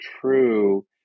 true